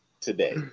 Today